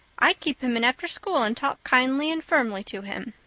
i'd keep him in after school and talk kindly and firmly to him,